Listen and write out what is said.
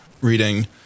reading